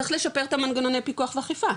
צריך לשפר את מנגנוני הפיקוח ואכיפה,